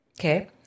Okay